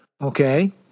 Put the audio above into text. Okay